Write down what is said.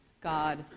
God